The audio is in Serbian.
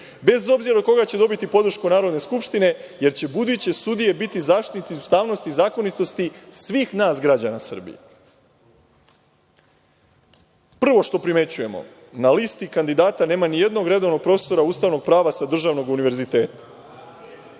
bez obzira od koga će dobiti podršku Narodne skupštine, jer će buduće sudije biti zaštitnici ustavnosti i zakonitosti svih nas građana Srbije. Prvo što primećujemo, na listi kandidata nema ni jednog redovnog profesora ustavnog prava sa državnog univerziteta.